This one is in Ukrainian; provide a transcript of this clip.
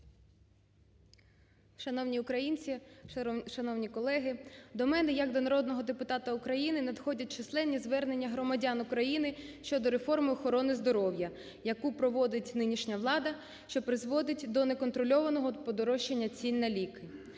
Шановні українці, шановні колеги, до мене, як до народного депутата України, надходять численні звернення громадян України щодо реформи охорони здоров'я, яку проводить нинішня влада, що призводить до не контрольованого подорожчання цін на ліки.